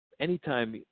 Anytime